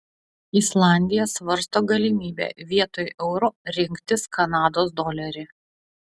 islandija svarsto galimybę vietoj euro rinktis kanados dolerį